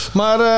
maar